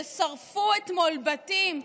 ששרפו אתמול בתים,